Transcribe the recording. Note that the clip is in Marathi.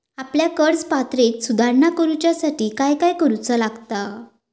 आपल्या कर्ज पात्रतेत सुधारणा करुच्यासाठी काय काय करूचा लागता?